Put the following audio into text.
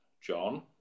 John